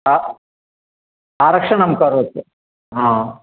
आ आरक्षणं करोतु